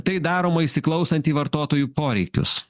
tai daroma įsiklausant į vartotojų poreikius